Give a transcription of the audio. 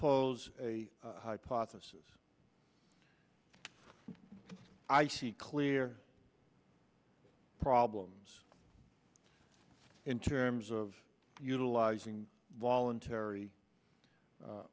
pose a hypothesis i see clear problems in terms of utilizing voluntary